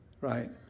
right